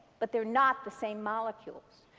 but they're not the same molecules.